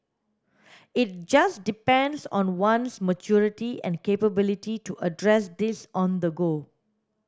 it just depends on one's maturity and capability to address these on the go